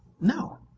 No